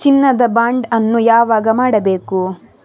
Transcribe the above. ಚಿನ್ನ ದ ಬಾಂಡ್ ಅನ್ನು ಯಾವಾಗ ಮಾಡಬೇಕು?